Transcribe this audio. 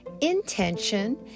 intention